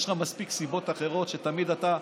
יש לך מספיק סיבות אחרות שתמיד אתה,